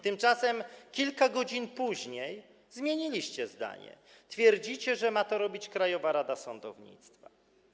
Tymczasem kilka godzin później zmieniliście zdanie, twierdzicie, że ma to robić Krajowa Rada Sądownictwa.